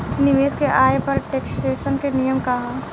निवेश के आय पर टेक्सेशन के नियम का ह?